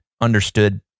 understood